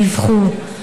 דיווחו,